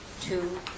Two